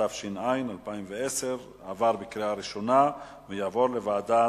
התש"ע 2010, לוועדה